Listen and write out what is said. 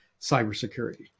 cybersecurity